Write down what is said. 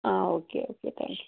ah okay okay thank U